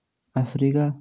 Africa